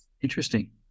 Interesting